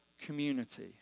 community